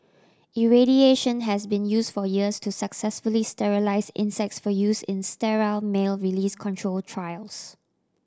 irradiation has been use for years to successfully sterilise insects for use in sterile male release control trials